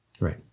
Right